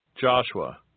Joshua